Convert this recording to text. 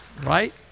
Right